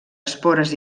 espores